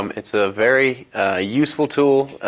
um it's a very useful tool,